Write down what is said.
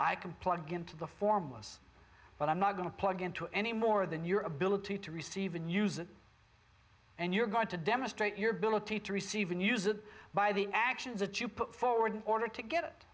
i can plug into the formless but i'm not going to plug into any more than your ability to receive and use it and you're going to demonstrate your ability to receive and use a by the actions of to put forward in order to get it